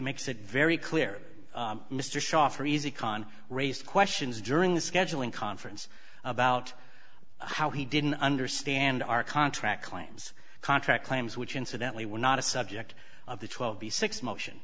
makes it very clear mr shaw for easy con raised questions during the scheduling conference about how he didn't understand our contract claims contract claims which incidentally were not a subject of the twelve b six motion